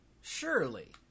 surely